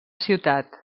ciutat